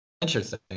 Interesting